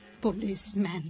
policeman